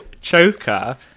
Choker